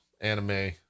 anime